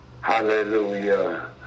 Hallelujah